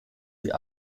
die